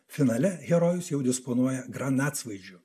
finale herojus jau disponuoja granatsvaidžiu